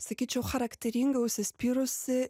sakyčiau charakteringa užsispyrusi